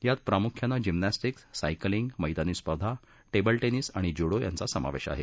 यात प्रामुख्यानं gymnastic cycling मैदानी स्पर्धा टेबल टेनिस आणि ज्यूडो यांचा समावेश आहे